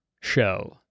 show